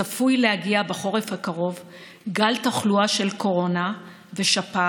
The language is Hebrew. צפוי להגיע בחורף הקרוב גל תחלואה של קורונה ושפעת,